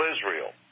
Israel